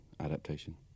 adaptation